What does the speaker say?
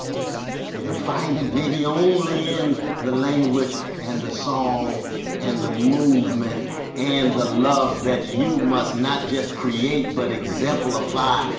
you'll find it maybe only in the language and the song and the movement and the love that you must not just create but exemplify,